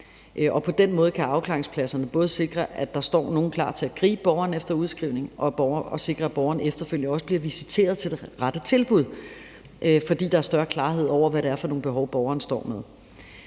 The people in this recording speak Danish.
På den måde kan afklaringspladserne både sikre, at der står nogen klar til at gribe borgeren efter en udskrivning, og at borgeren efterfølgende også bliver visiteret til det rette tilbud, fordi der er større klarhed over, hvad det er for nogle behov, borgeren har.